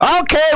Okay